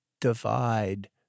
divide